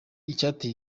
icyateye